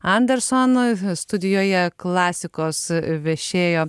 andersono studijoje klasikos vešėjo